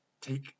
take